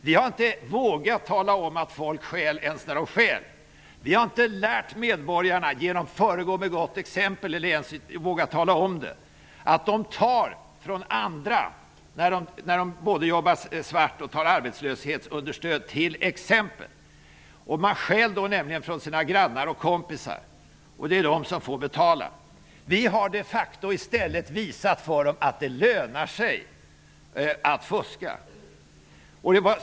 Vi har inte vågat påstå att folk stjäl ens när de stjäl. Vi har inte lärt medborgarna -- exempelvis genom att föregå med gott exempel -- att de tar från andra när de t.ex. jobbar svart och tar arbetslöshetsunderstöd. Man stjäl då från sina grannar och kompisar; det är nämligen de som får betala. Vi har de facto i stället visat för dem att det lönar sig att fuska.